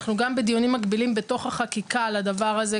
אנחנו גם בדיונים מקבילים בתוך החקיקה על הדבר הזה,